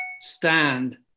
stand